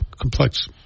complex